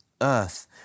earth